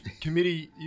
committee